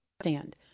stand